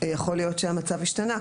יכול להיות שהמצב השתנה,